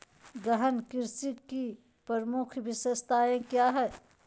गहन कृषि की प्रमुख विशेषताएं क्या है?